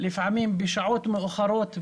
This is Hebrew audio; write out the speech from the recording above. לפעמים בשעות מאוחרות בלילה,